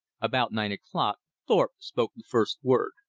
about nine o'clock thorpe spoke the first word.